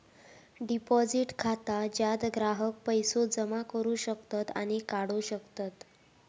deposit खाता ज्यात ग्राहक पैसो जमा करू शकतत आणि काढू शकतत